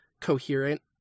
coherent